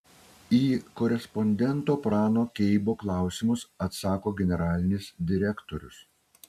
į korespondento prano keibo klausimus atsako generalinis direktorius